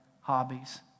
hobbies